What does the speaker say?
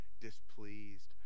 displeased